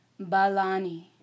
Balani